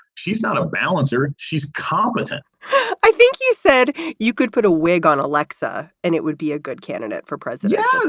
she's not a balancer. she's competent i think you said you could put a wig on aleksa and it would be a good candidate for president. yeah